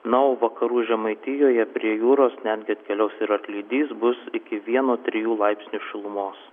na o vakarų žemaitijoje prie jūros netgi atkeliaus ir atlydys bus iki vieno trijų laipsnių šilumos